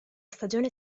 stagione